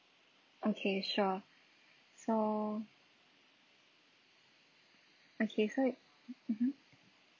okay sure so okay so mm mm